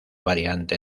variante